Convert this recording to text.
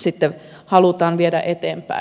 sitten halutaan viedä eteenpäin